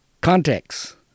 Context